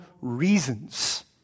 reasons